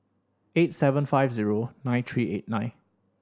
eight seven five zero nine three eight nine